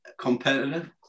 competitive